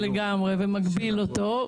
ומגביל אותו,